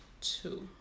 two